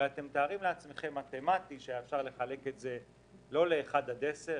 אתם מתארים לעצמכם שאפשר היה לחלק את זה לא לאחד עד עשר,